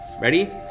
ready